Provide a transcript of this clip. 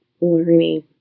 learning